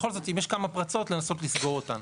בכל זאת אם יש כמה פרצות לנסות לסגור אותן.